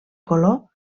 color